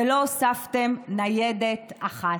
ולא הוספתם ניידת אחת.